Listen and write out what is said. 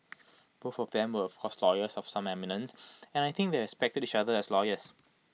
both of them were of course lawyers of some eminence and I think they both respected each other as lawyers